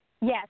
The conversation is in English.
Yes